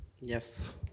Yes